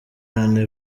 anne